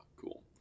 Cool